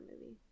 movie